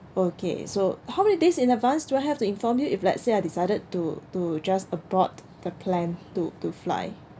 okay so how many days in advance do I have to inform you if let's say I decided to to just abort the plan to to fly